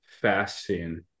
fasting